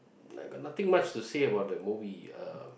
I got nothing much to say about the movie uh